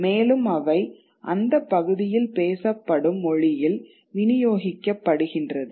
மேலும் அவை அந்தப் பகுதியில் பேசப்படும் மொழியில் விநியோகிக்கப்படுகின்றது